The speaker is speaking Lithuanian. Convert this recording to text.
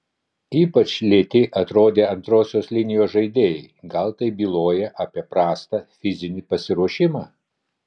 ypač lėti atrodė antrosios linijos žaidėjai gal tai byloja apie prastą fizinį pasiruošimą